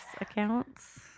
accounts